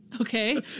Okay